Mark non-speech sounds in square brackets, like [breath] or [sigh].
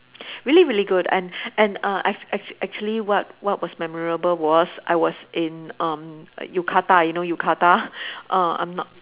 [breath] really really good and and uh act~ act~ actually what what was memorable was I was in um yukata you know yukata err I'm not